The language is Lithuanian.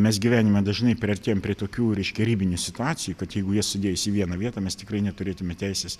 mes gyvenime dažnai priartėjam prie tokių reiškia ribinių situacijų kad jeigu jas sudėjus į vieną vietą mes tikrai neturėtume teisės